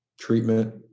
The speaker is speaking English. treatment